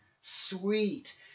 sweet